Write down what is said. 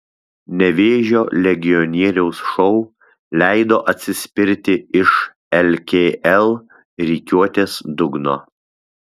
nevėžio legionieriaus šou leido atsispirti iš lkl rikiuotės dugno